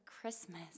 Christmas